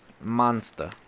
Monster